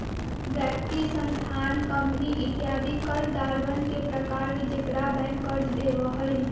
व्यक्ति, संस्थान, कंपनी इत्यादि कर्जदारवन के प्रकार हई जेकरा बैंक कर्ज देवा हई